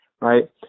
right